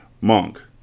Monk